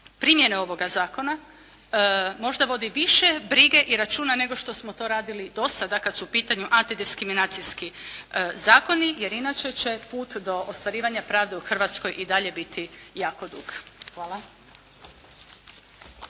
primjene ovoga zakona možda vodi više brige i računa nego što smo to radili do sada kad su u pitanju antidiskriminacijski zakoni jer inače će put do ostvarivanja pravde u Hrvatskoj i dalje biti jako dug. Hvala.